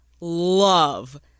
love